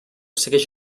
segueix